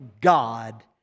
God